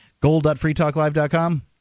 Gold.freetalklive.com